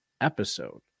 episode